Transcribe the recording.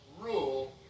rule